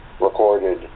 recorded